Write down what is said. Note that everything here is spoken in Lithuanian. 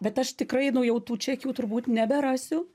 bet aš tikrai nu jau tų čekių turbūt neberasiu